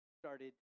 started